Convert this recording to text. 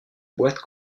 boîtes